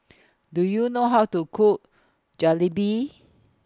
Do YOU know How to Cook Jalebi